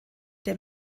der